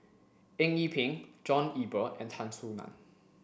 Eng Yee Peng John Eber and Tan Soo Nan